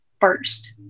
first